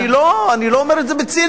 לא, לא, אני לא אומר את זה בציניות.